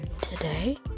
today